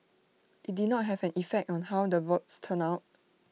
IT did not have an effect on how the votes turned out